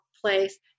place